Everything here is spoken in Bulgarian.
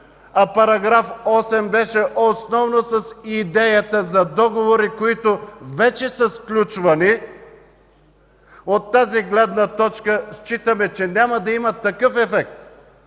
а § 8 беше основно с идеята за договори, които вече са сключвани, от тази гледна точка считаме, че няма да има такъв ефект,